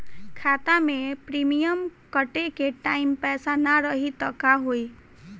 खाता मे प्रीमियम कटे के टाइम पैसा ना रही त का होई?